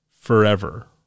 forever